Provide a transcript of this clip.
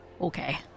Okay